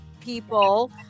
people